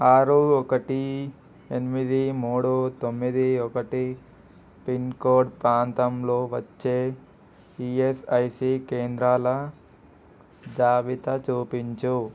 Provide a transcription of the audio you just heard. ఆరు ఒకటి ఎనిమిది మూడు తొమ్మిది ఒకటి పిన్కోడ్ ప్రాంతంలో వచ్చే ఈఎస్ఐసి కేంద్రాల జాబితా చూపించు